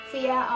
Fear